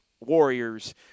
Warriors